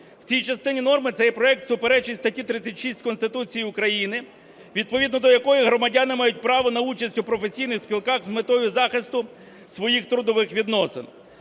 В цій частині норми цей проект суперечить статті 36 Конституції України, відповідно до якої громадяни мають право на участь у професійних спілках з метою захисту своїх трудових відносин.